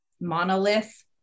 monolith